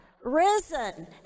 risen